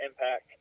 impact